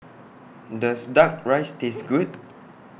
Does Duck Rice Taste Good